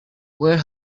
where